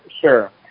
Sure